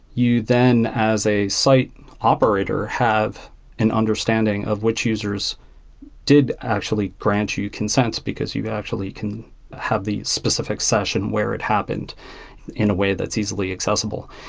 you then as a site operator have an understanding of which users did actually grant you consents because you actually can have the specific session where it happened in a way that's easily accessible.